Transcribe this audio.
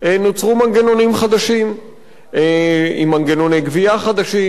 נוצרו מנגנונים חדשים עם מנגנוני גבייה חדשים,